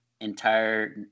entire